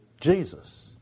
Jesus